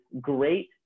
great